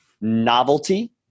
novelty